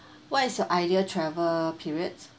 what is your ideal travel periods